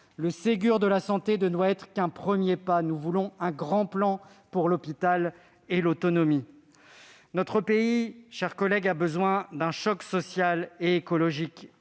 Le Ségur de la santé ne doit être qu'un premier pas. Nous voulons un grand plan pour l'hôpital et l'autonomie. Notre pays, mes chers collègues, a besoin d'un choc social et écologique